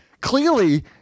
Clearly